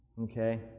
Okay